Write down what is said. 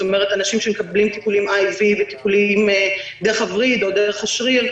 כלומר אנשים שמקבלים טיפולים IV וטיפולים דרך הווריד או דרך השריר,